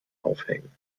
aufhängen